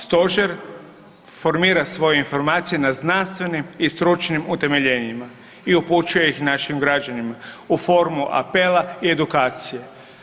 Stožer formira svoje informacije na znanstvenim i stručnim utemeljenjima i upućuje ih našim građanima u formu apela i edukacije.